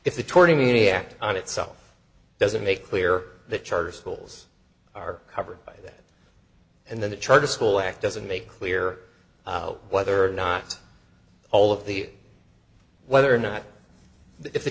act on itself doesn't make clear that charter schools are covered by that and then the charter school act doesn't make clear whether or not all of the whether or not if the